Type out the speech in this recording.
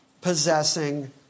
possessing